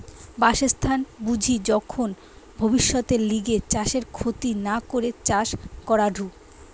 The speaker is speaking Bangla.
বাসস্থান বুঝি যখন ভব্যিষতের লিগে চাষের ক্ষতি না করে চাষ করাঢু